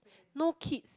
no kids